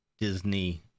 Disney